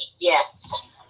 yes